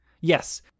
yes